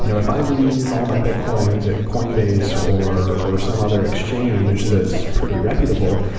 you know if i leave all my bitcoin at coinbase or or some other exchange that's pretty reputable,